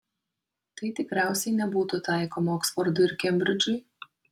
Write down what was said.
tai tikriausiai nebūtų taikoma oksfordui ir kembridžui